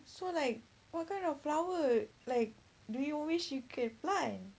so like what kind of flower like do you wish you can plant